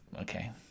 okay